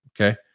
Okay